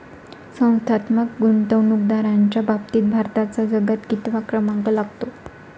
संस्थात्मक गुंतवणूकदारांच्या बाबतीत भारताचा जगात कितवा क्रमांक लागतो?